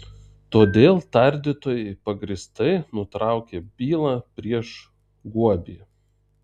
todėl tardytojai pagrįstai nutraukė bylą prieš guobį